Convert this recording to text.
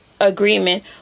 agreement